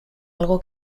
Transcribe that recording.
algo